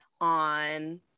on